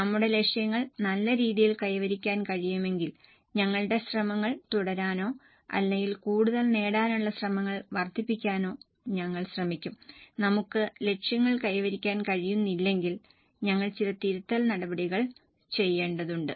നമ്മുടെ ലക്ഷ്യങ്ങൾ നല്ല രീതിയിൽ കൈവരിക്കാൻ കഴിയുമെങ്കിൽ ഞങ്ങളുടെ ശ്രമങ്ങൾ തുടരാനോ അല്ലെങ്കിൽ കൂടുതൽ നേടാനുള്ള ശ്രമങ്ങൾ വർദ്ധിപ്പിക്കാനോ ഞങ്ങൾ ശ്രമിക്കും നമുക്ക് ലക്ഷ്യങ്ങൾ കൈവരിക്കാൻ കഴിയുന്നില്ലെങ്കിൽ ഞങ്ങൾ ചില തിരുത്തൽ നടപടികൾ ചെയ്യേണ്ടതുണ്ട്